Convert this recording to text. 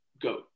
go